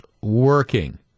working